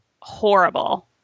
horrible